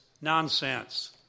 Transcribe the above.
nonsense